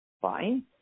Fine